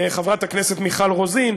חברת הכנסת מיכל רוזין,